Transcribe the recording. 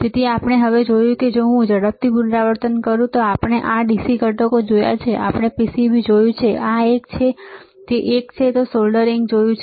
તેથી આપણે હવે જોયું કે જો હું ઝડપથી પુનરાવર્તન કરું તો આપણે આ dc ઘટકો જોયા છે આપણે PCB જોયું છે જે આ એક છે આ એક છે તો આપણે સોલ્ડરિંગ જોયું છે